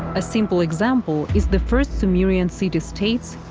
a simple example is the first sumerian city-states,